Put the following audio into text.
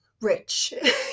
rich